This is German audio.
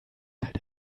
halt